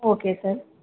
okay sir